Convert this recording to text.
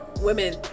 women